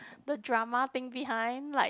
the drama thing behind like